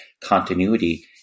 continuity